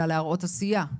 אלא להראות עשייה.